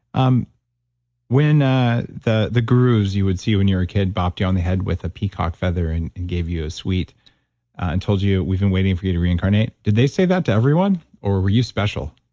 um when ah the the gurus you would see when and you were a kid bopped you on the head with a peacock feather and and gave you a sweet and told you, we've been waiting for you to reincarnate, did they say that to everyone? or were you special?